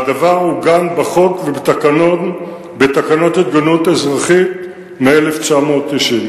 והדבר עוגן בחוק ובתקנות ההתגוננות האזרחית מ-1990.